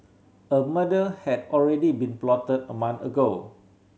a murder had already been plotted a month ago